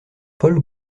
paul